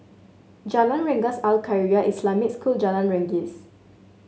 Jalan Rengas Al Khairiah Islamic School Jalan Randis